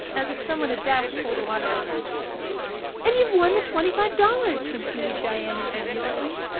as if some one had dashed cold water on her. and you've won the twenty-five dollars, continued diana jubilantly.